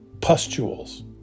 pustules